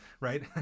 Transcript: right